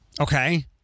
Okay